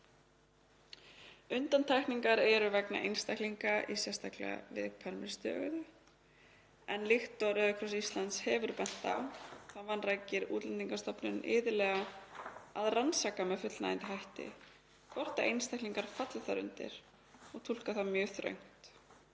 Undantekningar eru vegna einstaklinga í sérstaklega viðkvæmri stöðu, en líkt og Rauði krossinn á Íslandi hefur bent á vanrækir Útlendingastofnun iðulega að rannsaka með fullnægjandi hætti hvort einstaklingar falli þar undir og túlkar það mjög þröngt.